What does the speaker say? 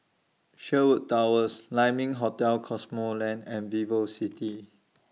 Sherwood Towers Lai Ming Hotel Cosmoland and Vivocity